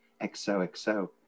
XOXO